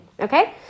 okay